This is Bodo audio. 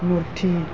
मुरथि